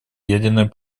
ядерной